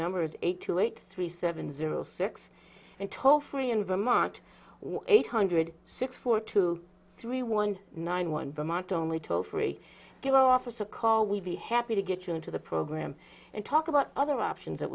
number of eight to eight three seven zero six and toll free in vermont eight hundred six four two three one nine one vermont only toll free give office a call we'll be happy to get you into the program and talk about other options that